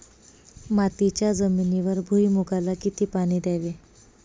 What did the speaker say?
मातीच्या जमिनीवर भुईमूगाला किती पाणी द्यावे?